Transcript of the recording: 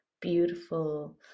beautiful